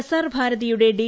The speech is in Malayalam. പ്രസാർ ഭാരതിയുടെ ്ഡി